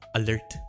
alert